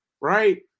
Right